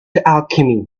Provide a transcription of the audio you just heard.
alchemy